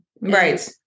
right